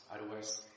otherwise